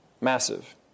Massive